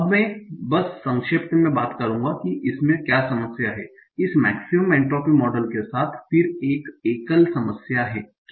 अब मैं बस संक्षेप में बात करूंगा कि इसमें क्या समस्या है इस मेक्सिमम एंट्रोपी मॉडल के साथ फिर एकल समस्या क्या है